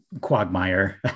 quagmire